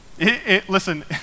Listen